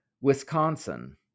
Wisconsin